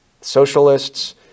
socialists